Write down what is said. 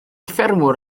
ffermwr